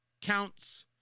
counts